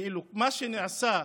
מה שנעשה,